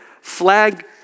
flag